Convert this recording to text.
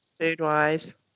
food-wise